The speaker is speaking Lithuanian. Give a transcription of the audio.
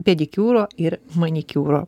pedikiūro ir manikiūro